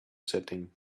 setting